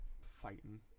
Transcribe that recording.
fighting